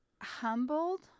humbled